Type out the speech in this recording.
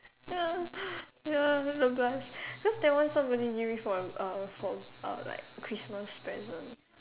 ya ya the blush cause that one somebody give me for uh for uh like Christmas present